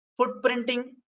footprinting